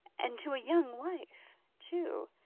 and to a young wife too,